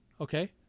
Okay